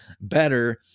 better